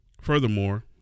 Furthermore